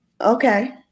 okay